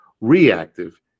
reactive